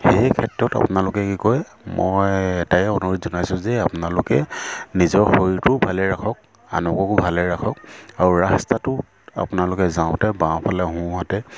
সেই ক্ষেত্ৰত আপোনালোকে কি কয় মই এটাই অনুৰোধ জনাইছোঁ যে আপোনালোকে নিজৰ শৰীৰটোও ভালে ৰাখক আনকো ভালে ৰাখক আৰু ৰাস্তাটোত আপোনালোকে যাওঁতে বাঁওফালে সোঁহাতে